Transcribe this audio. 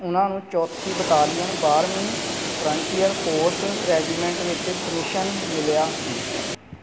ਉਨ੍ਹਾਂ ਨੂੰ ਚੌਥੀ ਬਟਾਲੀਅਨ ਬਾਰ੍ਹਵੀਂ ਫਰੰਟੀਅਰ ਫੋਰਸ ਰੈਜੀਮੈਂਟ ਵਿੱਚ ਕਮਿਸ਼ਨ ਮਿਲਿਆ ਸੀ